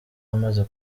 amaze